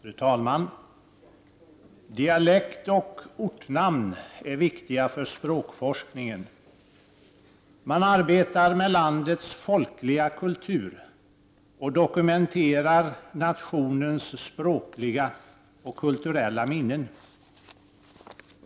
Fru talman! Dialekt och ortnamn är viktiga för språkforskningen. Man arbetar med landets folkliga kultur och dokumenterar nationens språkliga och kulturella minnen.